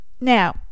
Now